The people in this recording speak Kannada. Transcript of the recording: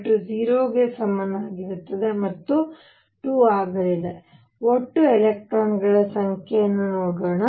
l 0 ಗೆ ಸಮನಾಗಿರುತ್ತದೆ ಮತ್ತೆ 2 ಆಗಲಿದೆ ಒಟ್ಟು ಎಲೆಕ್ಟ್ರಾನ್ಗಳ ಸಂಖ್ಯೆಯನ್ನು ನೋಡೋಣ